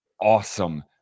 awesome